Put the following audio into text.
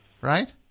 Right